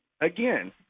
again